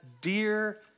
dear